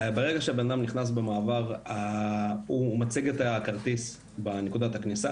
ברגע שבן אדם נכנס במעבר הוא מציג את הכרטיס בנקודת הכניסה,